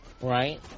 Right